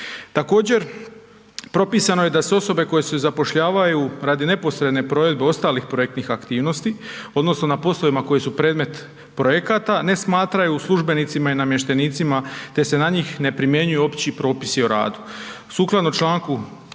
Također, propisano je da se osobe koje se zapošljavaju radi neposredne provedbe ostalih projektnih aktivnosti odnosno na poslovima koji su predmet projekata ne smatraju službenicima i namještenicima te se na njih ne primjenjuju opći propisi o radu.